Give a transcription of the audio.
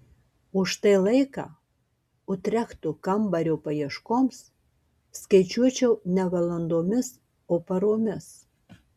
o štai laiką utrechto kambario paieškoms skaičiuočiau ne valandomis o paromis